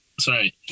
Sorry